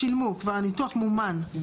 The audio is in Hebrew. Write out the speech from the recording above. שילמו, כבר הניתוח מומן.